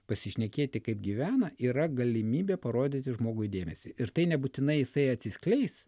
pasišnekėti kaip gyvena yra galimybė parodyti žmogui dėmesį ir tai nebūtinai jisai atsiskleis